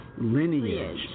lineage